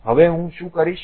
હવે હું શું કરીશ